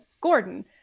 Gordon